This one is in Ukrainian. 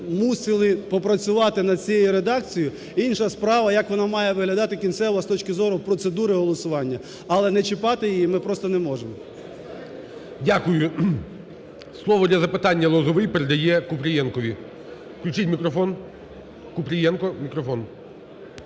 мусили попрацювати над цією редакцією. Інша справа, як вона має виглядати кінцево з точки зору процедури голосування. Але не чіпати її ми просто не можемо. ГОЛОВУЮЧИЙ. Дякую. Слово для запитання – Лозовий. Передає Купрієнкові. Включіть мікрофон Купрієнка, мікрофон.